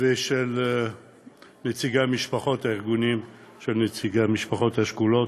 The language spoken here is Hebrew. ושל נציגי משפחות הארגונים ושל נציגי המשפחות השכולות.